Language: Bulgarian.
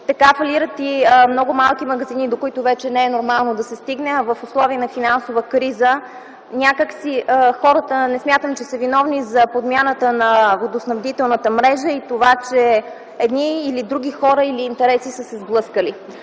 така фалират и много малки магазини, до които вече не е възможно да се стигне, а в условия на финансова криза някак си не смятам, че хората са виновни за подмяната на водоснабдителната мрежа и това че едни или други хора или интереси са се сблъскали.